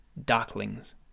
Darklings